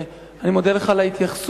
אני מודה לך על ההתייחסות,